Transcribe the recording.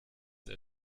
der